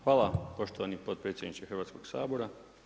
Hvala poštovani potpredsjedniče Hrvatskoga sabora.